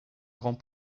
grand